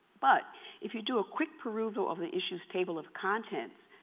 but if you do a quick perusal of the issues table of contents,